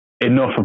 enough